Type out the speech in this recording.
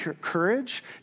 courage